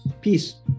Peace